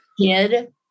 kid